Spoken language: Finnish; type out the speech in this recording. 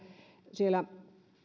siellä